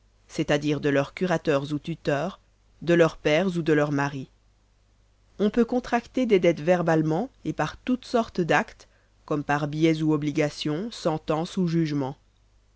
c'est-à-dire de leurs curateurs ou tuteurs de leurs pères ou de leurs maris on peut contracter des dettes verbalement et par toutes sortes d'actes comme par billets ou obligations sentence ou jugement